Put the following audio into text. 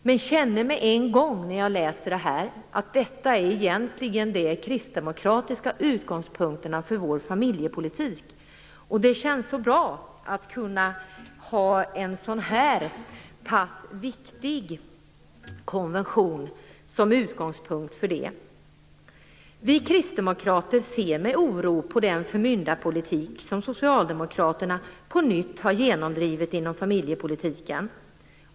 Jag känner genast när jag läser det här att detta egentligen är utgångspunkterna för kristdemokraternas familjepolitik. Det känns så bra att kunna ha en så pass viktig konvention som utgångspunkt för den. Vi kristdemokrater ser med oro på den förmyndarpolitik som socialdemokraterna på nytt har genomdrivit inom familjepolitiken.